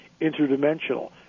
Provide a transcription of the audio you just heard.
interdimensional